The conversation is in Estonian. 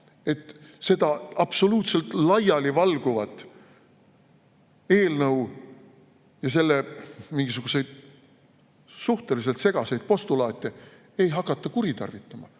et seda absoluutselt laialivalguvat eelnõu ja selle mingisuguseid suhteliselt segaseid postulaate ei hakata kuritarvitama.